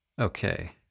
Okay